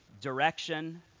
direction